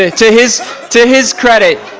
ah to his to his credit,